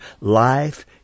life